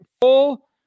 full